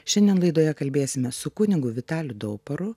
šiandien laidoje kalbėsimės su kunigu vitaliu dauparu